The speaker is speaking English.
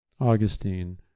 Augustine